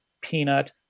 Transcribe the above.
peanut